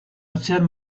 atzean